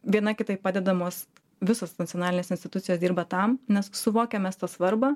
viena kitai padedamos visos nacionalinės institucijos dirba tam nes suvokiam mes tą svarbą